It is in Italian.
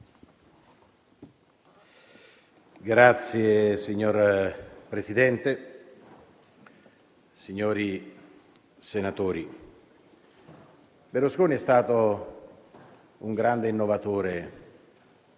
Signor Presidente, signori senatori, Berlusconi è stato un grande innovatore